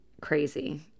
crazy